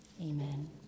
amen